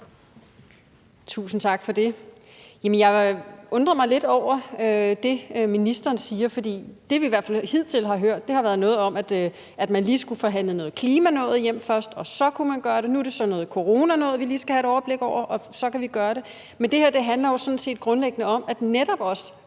Tusind tak for det. Jeg undrer mig lidt over det, ministeren siger. For det, vi i hvert fald hidtil har hørt, har været, at man lige skulle forhandle noget klimanoget hjem først, og så kunne man gøre det. Nu er det så noget coronanoget, vi lige skal have et overblik over, og så kan vi gøre det. Men det her handler jo sådan set grundlæggende om, at